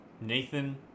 nathan